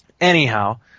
anyhow